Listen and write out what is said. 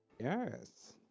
Yes